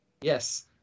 Yes